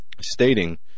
stating